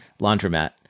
laundromat